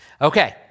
Okay